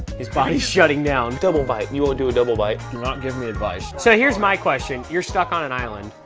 his body's shutting down. double bite. you wanna do a double bite. you're not giving me advice. so here's my question you're stuck on an island,